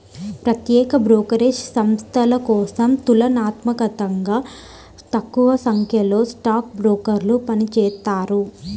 ప్రత్యేక బ్రోకరేజ్ సంస్థల కోసం తులనాత్మకంగా తక్కువసంఖ్యలో స్టాక్ బ్రోకర్లు పనిచేత్తారు